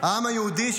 העם היהודי,